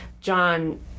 john